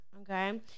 okay